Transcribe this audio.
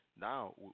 Now